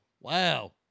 wow